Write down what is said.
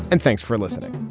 and thanks for listening